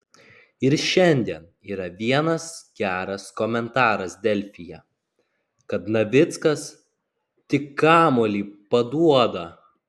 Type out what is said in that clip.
ir šiandien yra vienas geras komentaras delfyje kad navickas tik kamuolį paduoda